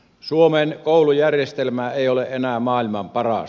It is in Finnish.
suomen koulujärjestelmä ei ole enää maailman paras